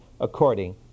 according